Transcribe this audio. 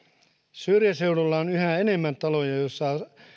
syrjäseuduilla on yhä enemmän taloja joissa